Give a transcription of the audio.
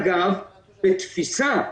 אגב, בתפיסה,